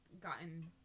gotten